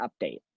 update